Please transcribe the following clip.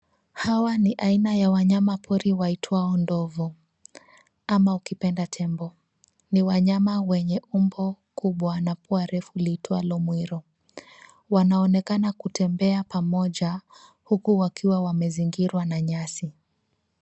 Hawa ni aina ya wanyamapori waitwao ndovu ama ukipenda tembo. Ni wanyama wenye umbo kubwa na pua refu liitwalo mwiro. Wanaonekana kutembea pamoja huku wakiwa wamezingirwa na nyasi.